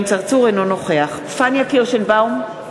אינו נוכח פניה קירשנבאום,